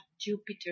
Jupiter